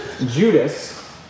Judas